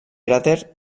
cràter